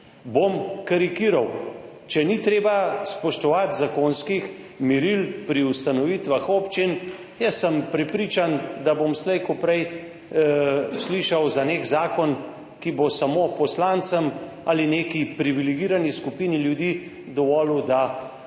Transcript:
Bom karikiral. Če ni treba spoštovati zakonskih meril pri ustanovitvah občin, jaz sem prepričan, da bom slej ko prej slišal za nek zakon, ki bo samo poslancem ali neki privilegirani skupini ljudi dovolil, da hodijo